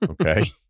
Okay